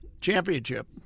championship